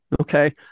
okay